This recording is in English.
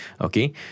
Okay